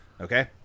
Okay